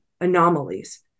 anomalies